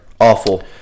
Awful